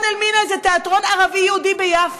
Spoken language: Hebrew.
איזה חוק יש?